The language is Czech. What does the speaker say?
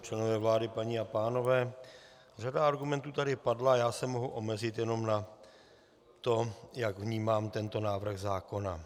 Členové vlády, paní a pánové, řada argumentů tady padla a já se mohu omezit jenom na to, jak vnímám tento návrh zákona.